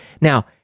Now